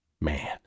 man